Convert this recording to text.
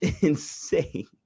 insane